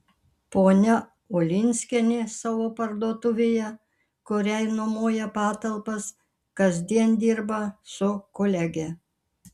ponia ulinskienė savo parduotuvėje kuriai nuomoja patalpas kasdien dirba su kolege